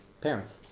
parents